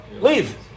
Leave